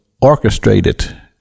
orchestrated